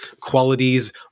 qualities